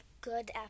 good